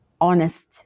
honest